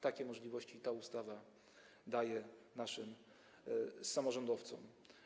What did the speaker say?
Takie możliwości ta ustawa daje naszym samorządowcom.